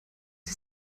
sie